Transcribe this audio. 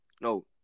No